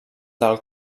del